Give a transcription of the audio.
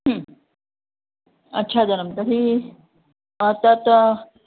अच्छा जनं तर्हि तत्